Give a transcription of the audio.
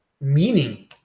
meaning